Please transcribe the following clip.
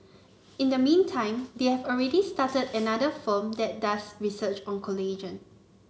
in the meantime they have already started another firm that does research on collagen